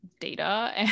data